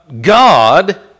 God